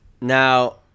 Now